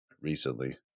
recently